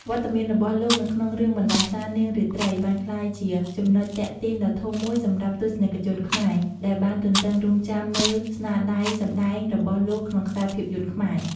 វត្តមានរបស់លោកនៅក្នុងរឿងបណ្ដាសានាងរាត្រីបានក្លាយជាចំណុចទាក់ទាញដ៏ធំមួយសម្រាប់ទស្សនិកជនខ្មែរ ដែលបានទន្ទឹងរង់ចាំមើលស្នាដៃសម្ដែងរបស់លោកក្នុងខ្សែភាពយន្តខ្មែរ ។